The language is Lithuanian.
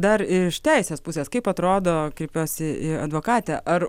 dar iš teisės pusės kaip atrodo kreipiuosi į advokatę ar